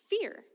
fear